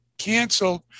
canceled